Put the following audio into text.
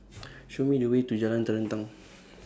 Show Me The Way to Jalan Terentang